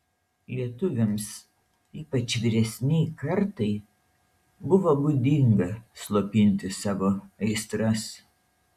lietuviams ypač vyresnei kartai buvo būdinga slopinti savo aistras